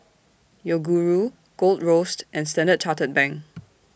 Yoguru Gold Roast and Standard Chartered Bank